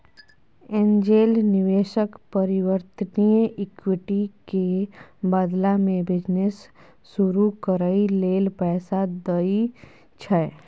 angel निवेशक परिवर्तनीय equity के बदला में बिजनेस शुरू करइ लेल पैसा दइ छै